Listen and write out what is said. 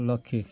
ଲକ୍ଷେ